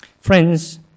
Friends